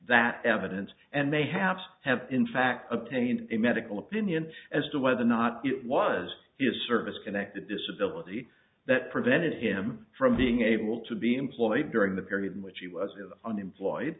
that evidence and they have have in fact obtained a medical opinion as to whether or not it was his service connected disability that prevented him from being able to be employed during the period in which he was unemployed